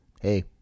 hey